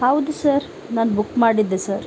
ಹೌದು ಸರ್ ನಾನು ಬುಕ್ ಮಾಡಿದ್ದೆ ಸರ್